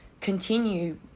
continue